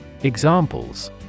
Examples